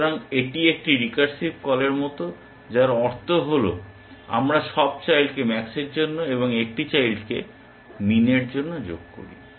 সুতরাং এটি একটি রিকার্সিভ কলের মতো যার অর্থ হল আমরা সব চাইল্ডকে ম্যাক্সের জন্য এবং একটি চাইল্ডকে মিনের জন্য যোগ করি